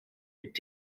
mit